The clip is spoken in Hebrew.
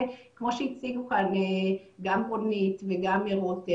כמו שהציגו כאן גם רונית וגם רותם,